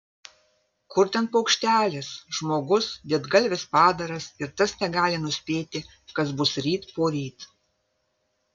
kur ten paukštelis žmogus didgalvis padaras ir tas negali nuspėti kas bus ryt poryt